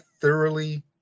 thoroughly